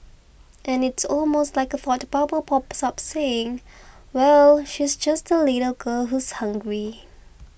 and it's almost like a thought bubble pops up saying well she's just a little girl who's hungry